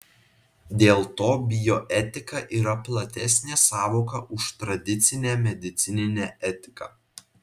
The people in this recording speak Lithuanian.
dėl to bioetika yra platesnė sąvoka už tradicinę medicininę etiką